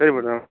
சரி மேடம்